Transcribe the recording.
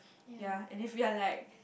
ya and if we are like